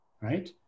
right